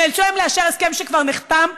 נאלצו לאשר היום הסכם שכבר נחתם,